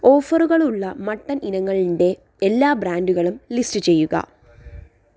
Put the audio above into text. ഓഫറുകളുള്ള mutton ഇനങ്ങൾ ന്റെ എല്ലാ ബ്രാൻഡുകളും ലിസ്റ്റ് ചെയ്യുക